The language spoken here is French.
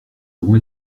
avons